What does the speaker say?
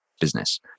business